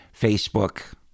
Facebook